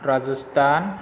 Rajasthan